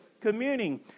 communing